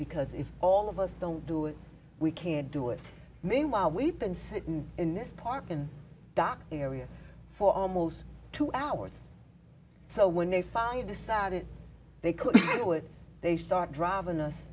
because if all of us don't do it we can't do it meanwhile we've been sitting in this park in dock area for almost two hours so when they finally decided they could do it they start driving us